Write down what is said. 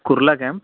Kurla camp